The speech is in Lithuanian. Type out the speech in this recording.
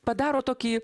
padaro tokį